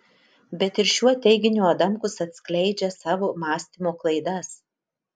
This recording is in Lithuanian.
bet ir šiuo teiginiu adamkus atskleidžia savo mąstymo klaidas